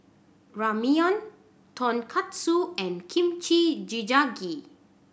Ramyeon Tonkatsu and Kimchi Jjigae